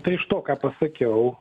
tai iš to ką pasakiau